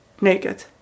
naked